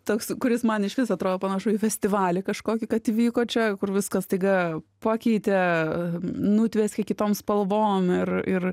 toks kuris man išvis atrodo panašu į festivalį kažkokį kad įvyko čia kur viską staiga pakeitė nutvieskė kitom spalvom ir ir